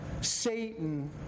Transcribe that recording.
Satan